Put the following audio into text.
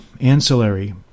ancillary